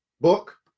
book